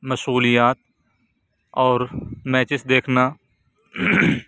مشغولیات اور میچز دیکھنا